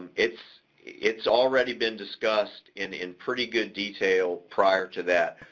it's it's already been discussed in in pretty good detail prior to that.